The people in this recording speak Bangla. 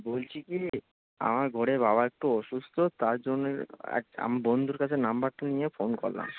বলছি কি আমার ঘরে বাবা একটু অসুস্থ তার জন্যে আমি বন্ধুর কাছে নম্বরটা নিয়ে ফোন করলাম